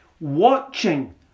watching